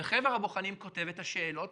חבר הבוחנים כותב את השאלות